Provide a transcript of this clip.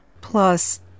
Plus